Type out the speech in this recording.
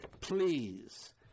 please